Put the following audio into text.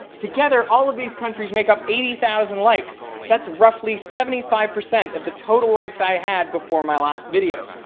together all of these countries make up eighty thousand likes, that's roughly seventy five percent of the total likes i had before the last video.